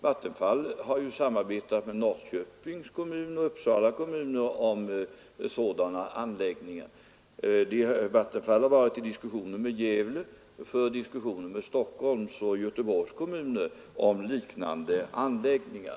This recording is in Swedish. Vattenfall har samarbetat med Norrköpings och Uppsala kommuner om sådana anläggningar, och Vattenfall har fört diskussioner med Gävle och för diskussioner med Stockholms och Göteborgs kommuner om liknande anläggningar.